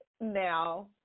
now